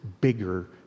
bigger